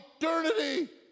eternity